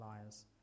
liars